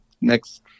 next